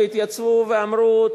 והתייצבו ואמרו,